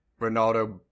Ronaldo